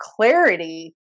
clarity